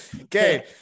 Okay